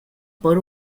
por